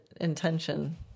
intention